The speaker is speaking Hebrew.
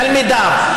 תלמידיו,